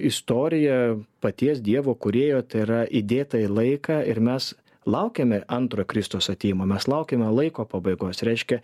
istorija paties dievo kūrėjo tai yra įdėta į laiką ir mes laukiame antro kristaus atėjimo mes laukiame laiko pabaigos reiškia